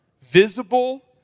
visible